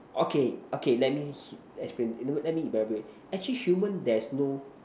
okay okay let me explain let me elaborate actually human there is no